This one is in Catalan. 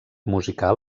musical